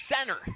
center